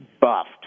buffed